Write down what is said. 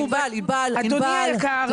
הכיוון הוא בהחלט חיים עצמאיים ואוטונומיים בקהילה.